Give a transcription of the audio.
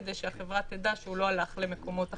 כדי שהחברה תדע שהוא לא הלך למקורות אחרים.